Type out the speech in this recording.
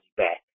back